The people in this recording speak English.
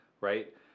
right